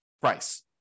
price